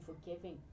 forgiving